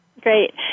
Great